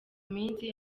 iminsi